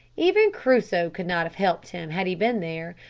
even crusoe could not have helped him had he been there,